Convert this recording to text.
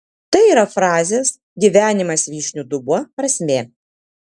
tai yra frazės gyvenimas vyšnių dubuo prasmė